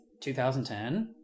2010